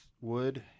wood